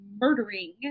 murdering